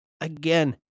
Again